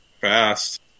fast